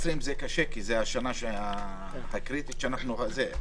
קשה להביא כי זו השנה הקריטית שאנחנו דנים עליה.